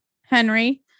Henry